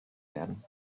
werden